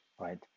right